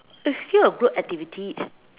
a skill of group activity